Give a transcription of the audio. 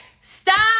Stop